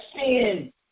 sin